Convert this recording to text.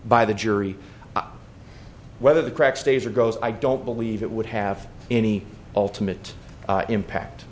by the jury whether the crack stays or goes i don't believe it would have any ultimate impact